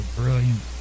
brilliant